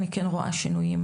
אני כן רואה שינויים,